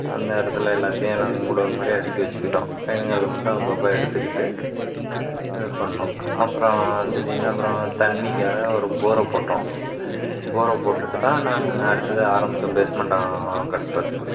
அந்த இடத்துல எல்லாத்தையும் நாங்கள் குடோன் மாதிரி அடுக்கி வச்சிக்கிட்டோம் வேணுங்கிறத மட்டும் அப்பப்ப எடுத்துக்கிட்டு இது பண்ணிணோம் அப்புறம் திடீர்னு அப்புறம் தண்ணிக்காக ஒரு போரை போட்டோம் போரை போட்டுட்டு தான் நாங்கள் அடுத்தது ஆரமிச்சோம் பேஸ்மட்டம் கட்டுறதுக்கு